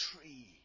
tree